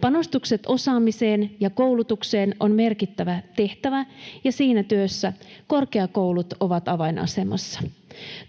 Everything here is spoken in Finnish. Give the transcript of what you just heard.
Panostukset osaamiseen ja koulutukseen on merkittävä tehtävä, ja siinä työssä korkeakoulut ovat avainasemassa.